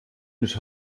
nicht